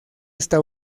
esta